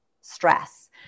stress